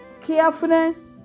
carefulness